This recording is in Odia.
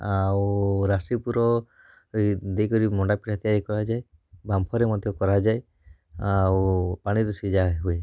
ଆଉ ରାଶି ପୁର ଇ ଦେଇକରି ମଣ୍ଡା ପିଠା ତିଆରି କରାଯାଏ ବାମ୍ଫରେ ମଧ୍ୟ କରାଯାଏ ଆଉ ପାଣିରେ ସିଜା ହୁଏ